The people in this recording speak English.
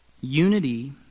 Unity